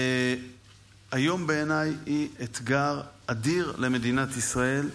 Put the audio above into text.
והיום, בעיניי, היא אתגר אדיר למדינת ישראל.